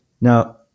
Now